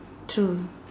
true